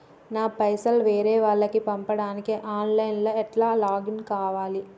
నా పైసల్ వేరే వాళ్లకి పంపడానికి ఆన్ లైన్ లా ఎట్ల లాగిన్ కావాలి?